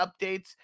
updates